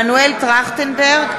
(קוראת בשמות חברי הכנסת) מנואל טרכטנברג,